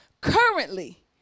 currently